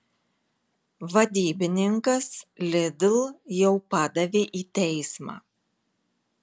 vadybininkas lidl jau padavė į teismą